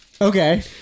Okay